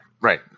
right